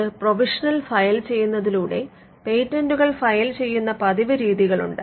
ഒരു provisional file ചെയ്യുന്നതിലൂടെ പേറ്റന്റുകൾ ഫയൽ ചെയ്യുന്ന പതിവ് രീതികൾ ഉണ്ട്